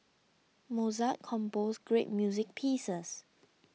Mozart composed great music pieces